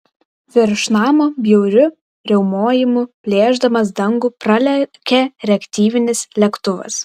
virš namo bjauriu riaumojimu plėšdamas dangų pralėkė reaktyvinis lėktuvas